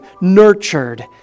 nurtured